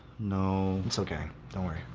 no it's okay. don't worry.